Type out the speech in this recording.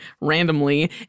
randomly